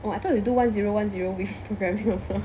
oh I thought you do one zero one zero with programming also